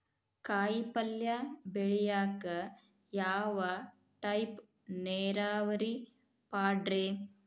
ಕಾಯಿಪಲ್ಯ ಬೆಳಿಯಾಕ ಯಾವ ಟೈಪ್ ನೇರಾವರಿ ಪಾಡ್ರೇ?